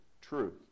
truth